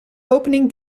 opening